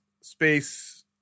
space